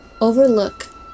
overlook